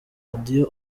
radio